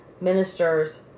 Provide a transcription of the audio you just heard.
ministers